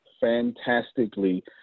fantastically